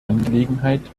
angelegenheit